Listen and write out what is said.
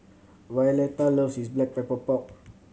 Violeta loves Black Pepper Pork